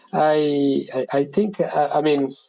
i i think i mean,